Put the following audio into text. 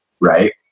right